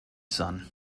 son